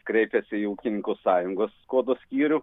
kreipėsi į ūkininkų sąjungos skuodo skyrių